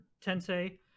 Tensei